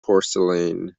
porcelain